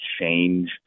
change